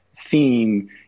theme